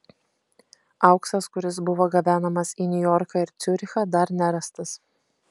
auksas kuris buvo gabenamas į niujorką ir ciurichą dar nerastas